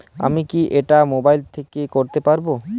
আমি কি এটা মোবাইল থেকে করতে পারবো?